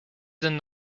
deny